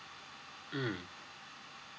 mm